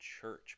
church